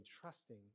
trusting